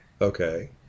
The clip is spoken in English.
Okay